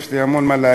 יש לי המון מה להגיד,